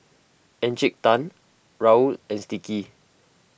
Encik Tan Raoul and Sticky